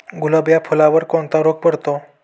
गुलाब या फुलावर कोणता रोग पडतो?